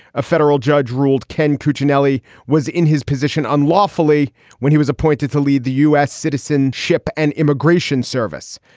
a federal judge ruled ken cuccinelli was in his position unlawfully when he was appointed to lead the u s. citizenship and immigration service.